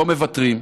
לא מוותרים,